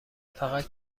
فقط